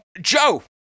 Joe